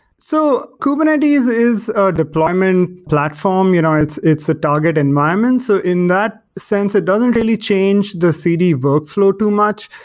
so kubernetes is a deployment platform. you know it's it's a target environment. so in that sense, it doesn't really change the cd workflow too much.